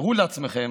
תארו לעצמכם